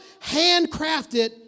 Handcrafted